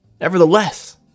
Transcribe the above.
Nevertheless